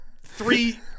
three